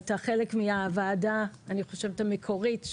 הייתה חלק מהוועדה המקורית,